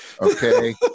okay